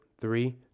Three